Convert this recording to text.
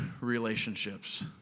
relationships